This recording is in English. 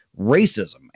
racism